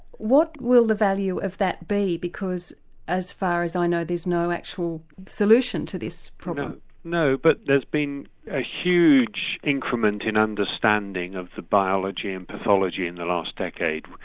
what will the value of that be because as far as i know there's no actual solution to this problem? no, but there's been a huge increment in understanding of the biology and pathology in the last decade.